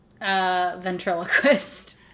ventriloquist